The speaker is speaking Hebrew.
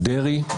דרעי?